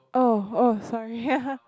oh oh sorry